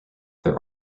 there